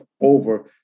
over